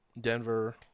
Denver